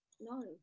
no